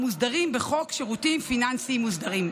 המוסדרים בחוק שירותים פיננסיים מוסדרים.